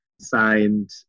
signed